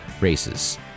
races